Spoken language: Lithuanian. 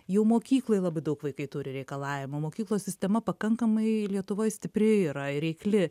jau mokykloj labai daug vaikai turi reikalavimo mokyklos sistema pakankamai lietuvoje stipri yra ir reikli